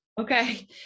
Okay